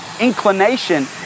inclination